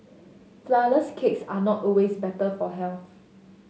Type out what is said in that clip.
flourless cakes are not always better for health